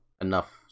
enough